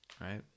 right